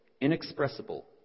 inexpressible